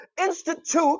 institute